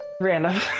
random